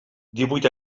divuit